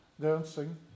dancing